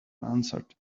answered